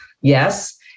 Yes